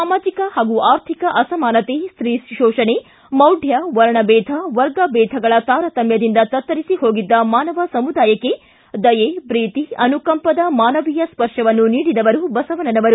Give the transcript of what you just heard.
ಸಾಮಾಜಿಕ ಹಾಗೂ ಆರ್ಥಿಕ ಅಸಮಾನತೆ ಸ್ತೀ ಶೋಷಣೆ ಮೌಢ್ಯ ವರ್ಣದೇಧ ವರ್ಗಬೇಧಗಳ ತಾರತಮ್ಯದಿಂದ ತತ್ತರಿಸಿ ಹೋಗಿದ್ದ ಮಾನವ ಸಮುದಾಯಕ್ಕೆ ದಯೆ ಪ್ರೀತಿ ಅನುಕಂಪದ ಮಾನವೀಯ ಸ್ವರ್ಷವನ್ನು ನೀಡಿದವರು ಬಸವಣ್ಣನವರು